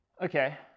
Okay